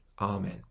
Amen